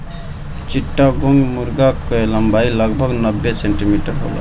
चिट्टागोंग मुर्गा कअ लंबाई लगभग नब्बे सेंटीमीटर होला